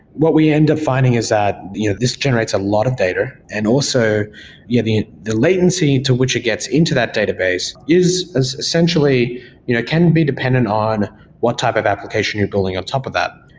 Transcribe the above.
what we end up finding is that you know this generates a lot of data and also yeah the the latency to which it gets into that database is is essentially you know can be dependent on what type of application you're building on top of that.